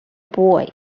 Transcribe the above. boy